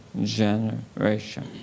generation